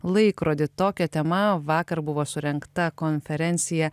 laikrodį tokia tema vakar buvo surengta konferencija